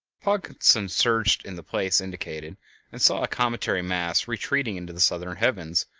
pogson searched in the place indicated and saw a cometary mass retreating into the southern heavens,